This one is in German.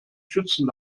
schützen